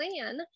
plan